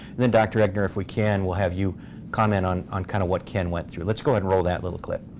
and then dr. eggener if we can, we'll have you comment on on kind of what ken went through. let's go ahead and roll that little clip.